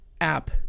app